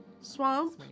Swamp